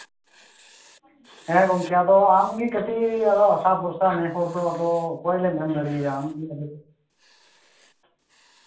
ᱦᱮᱸ ᱜᱚᱝᱠᱮ ᱟᱫᱚ ᱟᱢᱜᱮ ᱠᱟᱹᱴᱤᱡ ᱟᱥᱟᱼᱵᱷᱚᱨᱥᱟ ᱱᱮ ᱦᱚᱲ ᱫᱚ ᱚᱠᱚᱭ ᱞᱮ ᱢᱚᱱ ᱫᱟᱲᱮᱣᱟᱭᱟ ᱟᱢ ᱜᱮ ᱟᱫᱚ